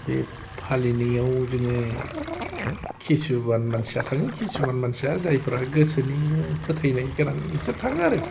बे फालिनायाव जोङो खिसुबान मानसिया थाङो खिसुबान मानसिया जायफ्रा गोसोनि फोथायनाय गोनां बिसोर थाङो आरो